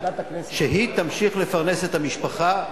שהיא תמשיך לפרנס את המשפחה.